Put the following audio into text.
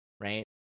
right